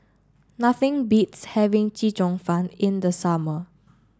nothing beats having Chee Cheong Fun in the summer